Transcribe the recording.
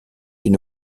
une